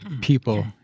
people